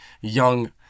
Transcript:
young